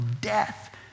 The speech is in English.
death